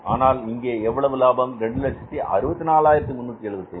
ஆனால் இங்கே எவ்வளவு லாபம் 264375